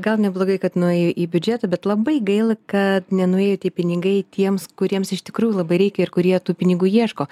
gal neblogai kad nuėjo į biudžetą bet labai gaila kad nenuėjo tie pinigai tiems kuriems iš tikrųjų labai reikia ir kurie tų pinigų ieško